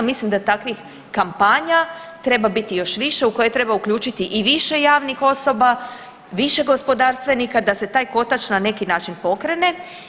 Mislim da takvih kampanja treba biti još više u koje treba uključiti i više javnih osoba, više gospodarstvenika da se taj kotač na neki način pokrene.